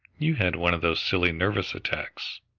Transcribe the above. you've had one of those silly nervous attacks,